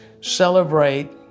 celebrate